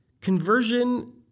Conversion